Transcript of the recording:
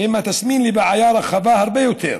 הם התסמין לבעיה רחבה הרבה יותר.